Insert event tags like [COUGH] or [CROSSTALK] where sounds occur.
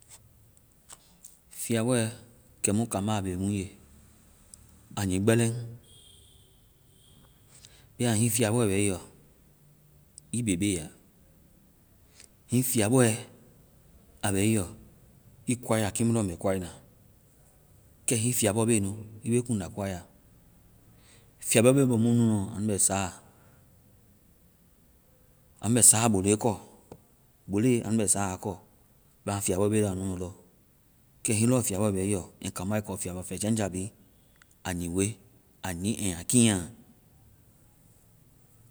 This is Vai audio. Fiabɔɛ kɛmu kambá a bee mu ye, a nyii gbɛlɛŋ. [NOISE] Bɛma hiŋi fiabɔɛ bɛ ii yɔ, ii bebe ya. Hiŋi fiabɔɛ a bɛ ii yɔ, ii koai ya kiimu lɔ mɛ koai na. Kɛ hiŋi fiabɔɛ bɛ nu, ii be kuŋda koai ya. Fiabɔɛ bɛ mɔmunuɔ, anu bɛ saa-anu bɛ saa bole kɔ. Bole! Anu bɛ saa a kɔ. Bɛma fiabɔɛ bɛ anuɔ lɔ. Kɛ hiŋi lɔ fiabɔɛ bɛ ii yɔ, and kambá ii kɔ fiabɔ fɛjaŋja bi, a nyii we. A nyii and a kiinya.